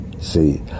See